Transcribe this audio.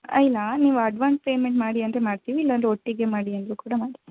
ಇಲ್ಲ ನೀವು advance payment ಮಾಡಿ ಅಂದರೆ ಮಾಡ್ತೀವಿ ಇಲ್ಲಾಂದರೆ ಒಟ್ಟಿಗೆ ಮಾಡಿ ಅಂದರೂ ಕೂಡ ಮಾಡ್ತೀವ್